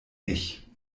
ich